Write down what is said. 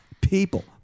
people